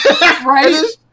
Right